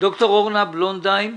דוקטור אורנה בלונדהיים,